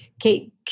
Kate